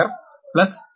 252 126